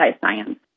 science